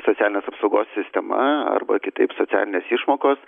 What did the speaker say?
socialinės apsaugos sistema arba kitaip socialinės išmokos